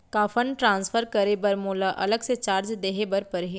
का fund transfer करे बर मोला अलग से चार्ज देहे बर परही?